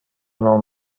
non